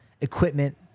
equipment